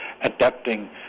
adapting